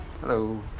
Hello